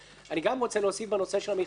אני גם רוצה להוסיף בנושא המכרזים,